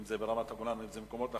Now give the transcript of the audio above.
אם זה ברמת-הגולן ואם במקומות אחרים,